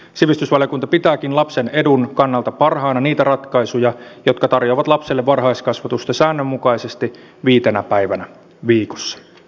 sivistysvaliokunta pitääkin lapsen edun kannalta parhaina niitä ratkaisuja jotka tarjoavat lapselle varhaiskasvatusta säännönmukaisesti viitenä päivänä viikossa